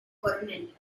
coronel